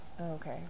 Okay